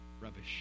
rubbish